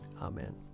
Amen